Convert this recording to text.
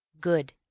Good